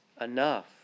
enough